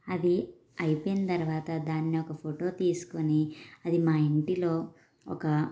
అది అయిపోయిన తర్వాత దాన్ని ఒక ఫోటో తీసుకొని అది మా ఇంటిలో ఒక